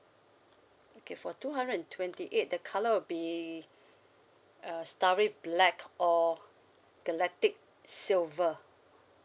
okay for two hundred and twenty eight the colour would be uh starry black or galactic silver